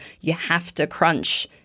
you-have-to-crunch